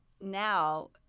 now –